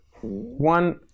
one